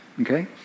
okay